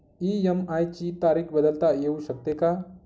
EMI ची तारीख बदलता येऊ शकते का?